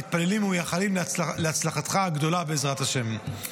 מתפללים ומייחלים להצלחתך הגדולה, בעזרת השם.